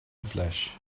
flash